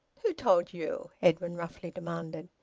who told you? edwin roughly demanded.